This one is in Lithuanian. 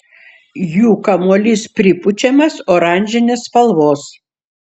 jų kamuolys pripučiamas oranžinės spalvos